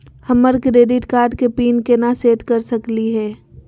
हमर credit card के PIN केना सेट कर सकली हे?